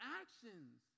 actions